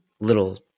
little